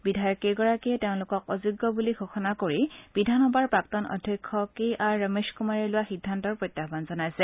বিধায়ককেইগৰাকীয়ে তেওঁলোকক অযোগ্য বুলি ঘোষণা কৰি বিধানসভাৰ প্ৰাক্তন অধ্যক্ষ কে আৰ ৰমেশ কুমাৰে লোৱা সিদ্ধান্তৰ প্ৰত্যাহান জনাইছে